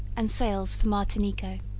and sails for martinico.